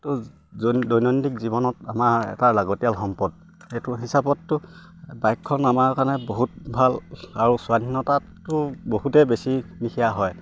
দৈনন্দিন জীৱনত আমাৰ এটা লাগতিয়াল সম্পদ সেইটো হিচাপততো বাইকখন আমাৰ কাৰণে বহুত ভাল আৰু স্বাধীনতাটো বহুতে বেছি বিশেষ হয়